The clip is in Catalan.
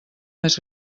més